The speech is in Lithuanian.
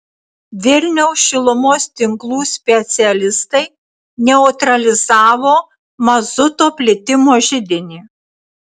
vilniaus šilumos tinklų specialistai neutralizavo mazuto plitimo židinį